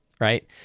right